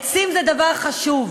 עצים זה דבר חשוב,